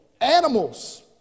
Animals